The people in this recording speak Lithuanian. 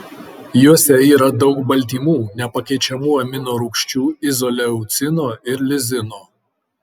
juose yra daug baltymų nepakeičiamų aminorūgščių izoleucino ir lizino